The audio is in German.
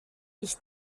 ich